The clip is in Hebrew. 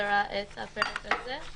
שיציגו לנו את הפרק הזה.